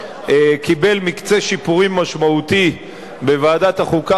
קיבל מקצה שיפורים משמעותי בוועדת החוקה,